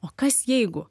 o kas jeigu